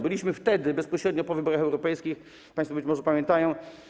Byliśmy wtedy bezpośrednio po wyborach europejskich - państwo być może to pamiętają.